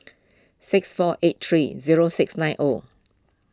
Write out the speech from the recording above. six four eight three zero six nine O